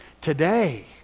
today